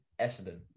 Essendon